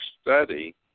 study